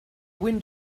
wind